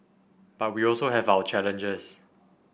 but we also have our challenges